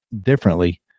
differently